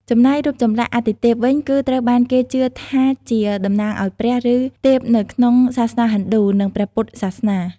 ចំណែក រូបចម្លាក់អាទិទេព វិញ គឺត្រូវបានគេជឿថាជាតំណាងឱ្យព្រះ ឬទេពនៅក្នុងសាសនាហិណ្ឌូ និងព្រះពុទ្ធសាសនា។